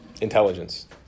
intelligence